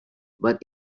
but